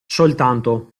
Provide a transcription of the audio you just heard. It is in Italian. soltanto